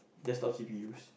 desktop C_P_Us